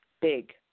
big